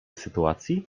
sytuacji